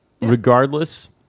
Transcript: Regardless